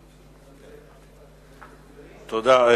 תודה.